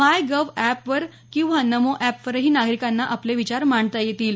माय gov अॅपवर किंवा नमो एपवरही नागरिकांना आपले विचार मांडता येतील